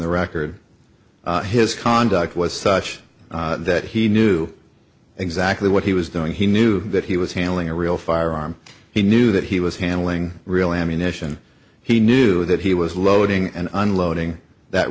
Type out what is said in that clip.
the record his conduct was such that he knew exactly what he was doing he knew that he was handling a real firearm he knew that he was handling real ammunition he knew that he was loading and unloading that